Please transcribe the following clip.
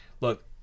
Look